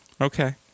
okay